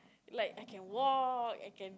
like I can walk I can